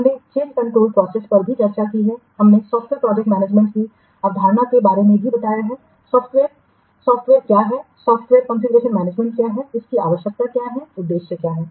हमने चेंजकंट्रोल प्रोसेसपर भी चर्चा की है हमने सॉफ्टवेयर प्रोजेक्ट मैनेजमेंट की अवधारणा के बारे में भी बताया है सॉफ्टवेयर सॉफ़् टवेयर क्या है सॉफ़्टवेयर कॉन्फ़िगरेशनमैनेजमेंट क्या है इसकी आवश्यकता क्या है उद्देश्य क्या हैं